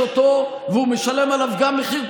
אנחנו ניתן לכנסת שהיא תשלח איזה שני אנשים.